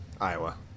Iowa